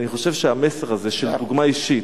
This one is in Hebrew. אני חושב שהמסר הזה של דוגמה אישית,